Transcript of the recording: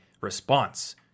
response